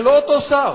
זה לא אותו שר,